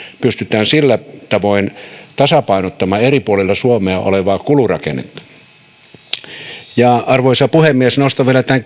pystytään sillä tavoin tasapainottamaan eri puolilla suomea olevaa kulurakennetta arvoisa puhemies nostan vielä tämän